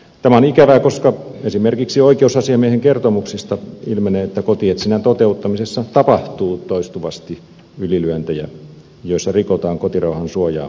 tämä on ikävää koska esimerkiksi oikeusasiamiehen kertomuksesta ilmenee että kotietsinnän toteuttamisessa tapahtuu toistuvasti ylilyöntejä joissa rikotaan kotirauhan suojaa vastaan